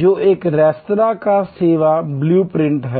जो एक रेस्तरां का सेवा ब्लू प्रिंट है